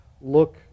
look